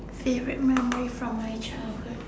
favourite memory from my childhood